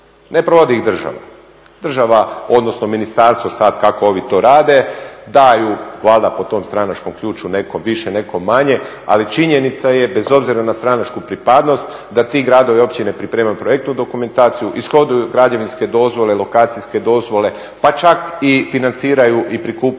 Ne provodi ih država. Država, odnosno ministarstvo sada kako ovi to rade daju valjda po tom stranačkom ključu, netko više, netko manje, ali činjenica je bez obzira na stranačku pripadnost da ti gradovi i općine pripremaju projektnu dokumentaciju, ishoduju građevinske dozvole, lokacijske dozvole pa čak i financiraju i prikupljaju